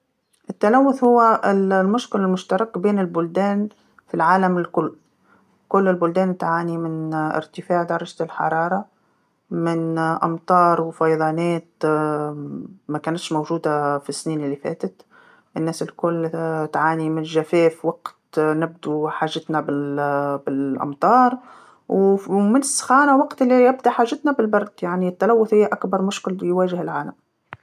التلوث هو المشكل المشترك بين البلدان العالم الكل، كل البلدان تعاني من ارتفاع درجة الحراره، من أمطار وفياضانات ماكانتش موجودة في السنين اللي فاتو، الناس الكل تعاني من الجفاف وقت نبدو حاجتنا بال- الأمطار وف- من السخانه وقت اللي يبدا حاجتنا بالبرد يعني التلوث هي أكبر مشكل يواجه العالم.